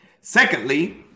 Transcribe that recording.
Secondly